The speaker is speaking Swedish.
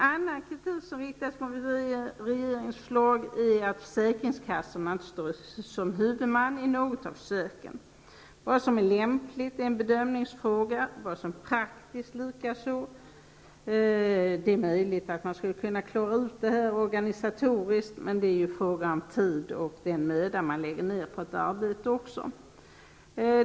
Annan kritik som har riktats mot regeringens förslag är att försäkringskassorna inte står som huvudman i något av försöken. Vad som är lämpligt är en bedömningsfråga, likaså vad som är praktiskt. Det är möjligt att man skulle kunna klara ut det här organisatoriskt. Men det är också fråga om den tid och den möda som man lägger ner på ett arbete.